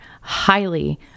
highly